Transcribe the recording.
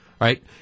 right